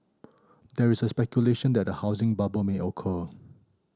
there is speculation that a housing bubble may occur